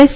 S